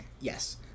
Yes